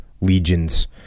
legions